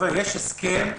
חבר'ה, יש הסכם חתום.